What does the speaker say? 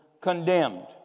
condemned